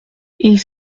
ils